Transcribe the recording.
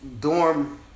dorm